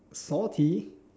salty